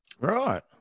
Right